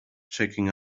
checking